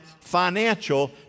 Financial